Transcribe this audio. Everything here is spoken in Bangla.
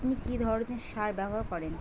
আপনি কী ধরনের সার ব্যবহার করেন?